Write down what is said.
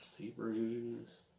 Hebrews